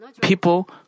people